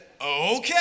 okay